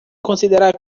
considerar